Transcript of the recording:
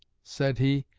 said he,